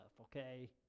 okay